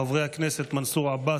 חברי הכנסת מנסור עבאס,